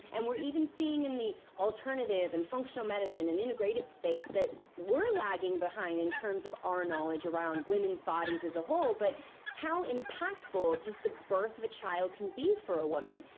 and we're even seeing in the alternative, and functional medicine, and integrative space that we're lagging behind, in terms of our knowledge around around women's bodies as a whole, but how impactful, just the birth of a child can be for a woman.